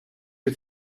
you